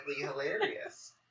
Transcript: hilarious